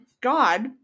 God